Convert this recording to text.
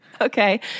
Okay